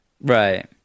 right